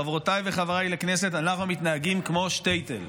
חברותיי וחבריי לכנסת, אנחנו מתנהגים כמו שטעטל?